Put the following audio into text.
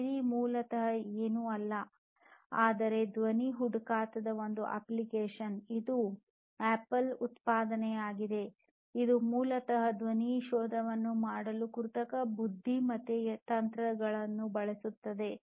ಸಿರಿ ಮೂಲತಃ ಏನೂ ಅಲ್ಲ ಆದರೆ ಧ್ವನಿ ಹುಡುಕಾಟದ ಒಂದು ಅಪ್ಲಿಕೇಶನ್ ಇದು ಆಪಲ್ ಉತ್ಪನ್ನವಾಗಿದೆ ಇದು ಮೂಲತಃ ಧ್ವನಿ ಶೋಧವನ್ನು ಮಾಡಲು ಕೃತಕ ಬುದ್ಧಿಮತ್ತೆ ತಂತ್ರಗಳನ್ನು ಬಳಸುತ್ತದೆ